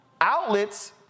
outlets